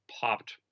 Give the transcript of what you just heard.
popped